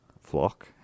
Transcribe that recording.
flock